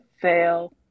fail